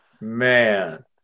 man